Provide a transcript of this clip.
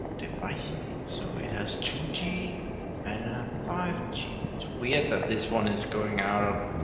device name. so it has two g and five g. it's weird that this one is going out of